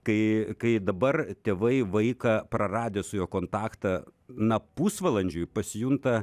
kai kai dabar tėvai vaiką praradę su juo kontaktą na pusvalandžiui pasijunta